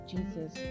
Jesus